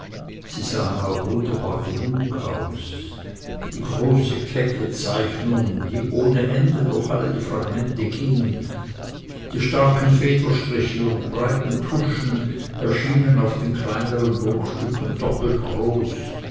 sie sahen auch wunderbar genug aus die große kecke zeichnung die ohne ende durch alle die fragmente ging die starken federstriche und breiten tuschen erschienen auf den kleineren bruchstücken doppelt groß